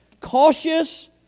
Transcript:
cautious